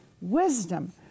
wisdom